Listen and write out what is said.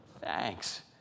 thanks